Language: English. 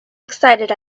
excited